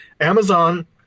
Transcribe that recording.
Amazon